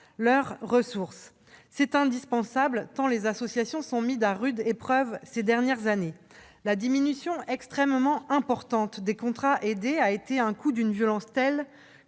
leurs ressources. C'est indispensable tant les associations sont mises à rude épreuve ces dernières années. La diminution extrêmement importante des contrats aidés a été un coup d'une violence telle